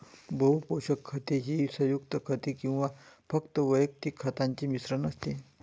बहु पोषक खते ही संयुग खते किंवा फक्त वैयक्तिक खतांचे मिश्रण असते